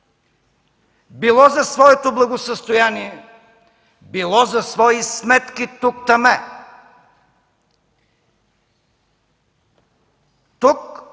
било за своето благосъстояние, било за свои сметки тук-таме. Тук